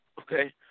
Okay